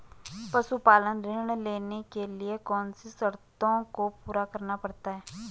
पशुपालन ऋण लेने के लिए कौन सी शर्तों को पूरा करना पड़ता है?